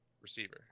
receiver